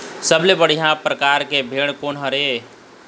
सबले बढ़िया परकार के भेड़ कोन हर ये?